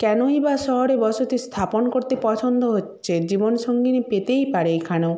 কেনই বা শহরে বসতি স্থাপন করতে পছন্দ হচ্ছে জীবনসঙ্গিনী পেতেই পারে এখানেও